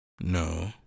No